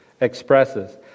expresses